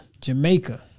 Jamaica